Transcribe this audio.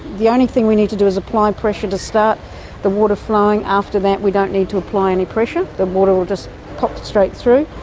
the only thing we need to do is apply pressure to start the water flowing, after that we don't need to apply any pressure, the water will just pop straight through.